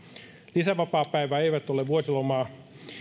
lisävapaapäivät eivät ole vuosilomaa